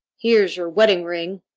here s your wedding-ring.